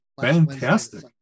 fantastic